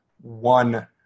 one